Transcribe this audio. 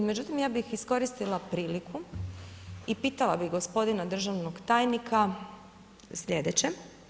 Međutim, ja bih iskoristila priliku i pitala bih gospodina državnog tajnika sljedeće.